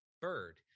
Bird